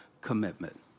commitment